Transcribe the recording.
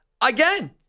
again